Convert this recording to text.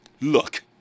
Look